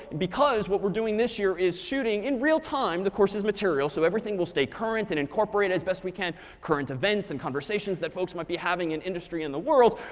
because what we're doing this year, is shooting in real-time the course's material. so everything will stay current and incorporated as best we can current events and conversations that folks might be having in industry in the world,